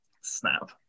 snap